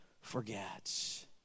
forgets